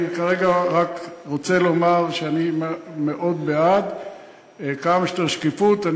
אני כרגע רק רוצה לומר שאני מאוד בעד כמה שיותר שקיפות.